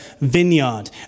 vineyard